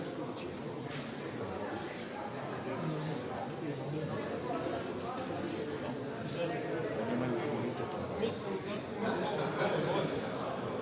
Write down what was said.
Hvala vam./…